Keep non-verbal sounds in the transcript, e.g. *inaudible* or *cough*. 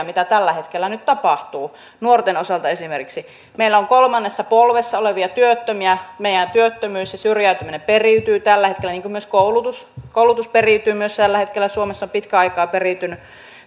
*unintelligible* mitä tällä hetkellä nyt tapahtuu nuorten osalta esimerkiksi meillä on kolmannessa polvessa olevia työttömiä meidän työttömyys ja syrjäytyminen periytyy tällä hetkellä niin kuin myös koulutus koulutus periytyy tällä hetkellä suomessa on pitkän aikaa periytynyt enemmän